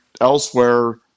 elsewhere